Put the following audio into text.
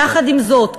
יחד עם זאת,